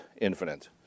infinite